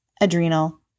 adrenal